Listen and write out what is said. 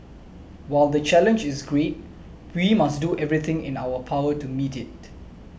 while the challenge is great we must do everything in our power to meet it